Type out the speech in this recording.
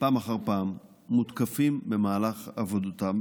פעם אחר פעם מותקפים במהלך עבודתם,